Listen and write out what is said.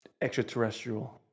extraterrestrial